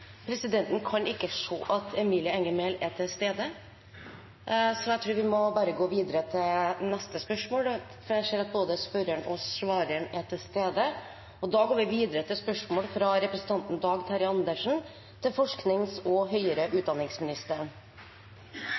stede, så vi går derfor videre til neste spørsmål, der jeg ser at både spørreren og svareren er til stede. Som presidenten sa, går mitt spørsmål til forsknings- og høyere utdanningsministeren: «I forbindelse med Stortingets behandling av Riksrevisjonens rapport om elevers rett til opplæring i og